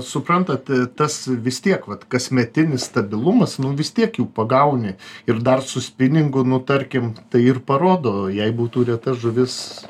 suprantat tas vis tiek vat kasmetinis stabilumas nu vis tiek jų pagauni ir dar su spiningu nu tarkim tai ir parodo jei būtų reta žuvis